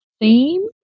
theme